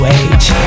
age